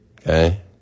Okay